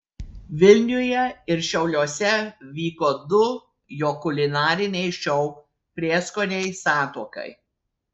vilniuje ir šiauliuose vyko du jo kulinariniai šou prieskoniai santuokai